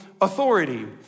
authority